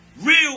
Real